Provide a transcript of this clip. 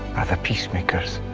are the peacemakers,